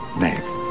name